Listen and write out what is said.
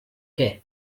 què